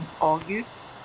August